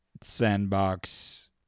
sandbox